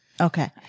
Okay